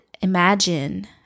imagine